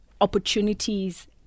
opportunities